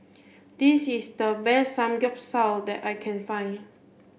this is the best Samgyeopsal that I can find